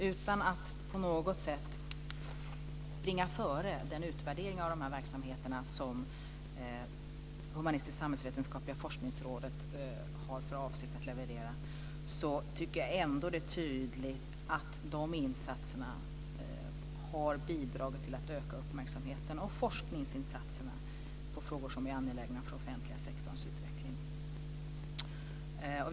Utan att på något sätt springa före den utvärdering av de här verksamheterna som Humanistisktsamhällsvetenskapliga forskningsrådet har för avsikt att leverera tycker jag ändå att det är tydligt att de här insatserna har bidragit till att öka uppmärksamheten och forskningsarbetet inom frågor som är angelägna för den offentliga sektorns utveckling.